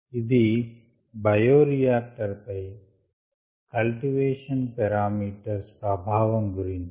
ఇది బయోరియాక్టర్ పై cultivation parameters ప్రభావం గురించి